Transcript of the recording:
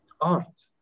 art